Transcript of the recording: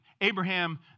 Abraham